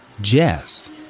Jess